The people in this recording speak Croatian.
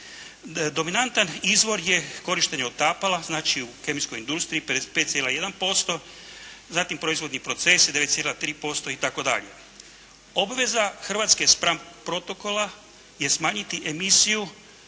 Dominantan izvor je korištenje otapala, znači u kemijskoj industriji 5,1%, zatim proizvodni procesi 9,3% itd. Obveza Hrvatske spram protokola je smanjiti emisiju